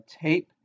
tape